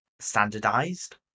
Standardized